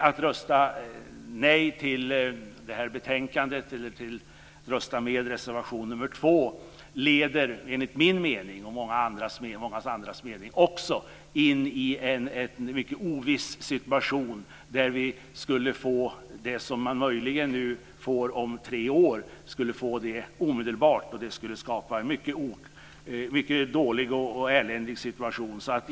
Att rösta nej till betänkandet eller att rösta med reservation 2 leder enligt min mening, och även enligt många andras mening, in i en mycket oviss situation. Vi skulle få det omedelbart som man möjligen nu får om tre år, och det skulle skapa en mycket dålig och eländig situation.